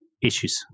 issues